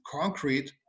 concrete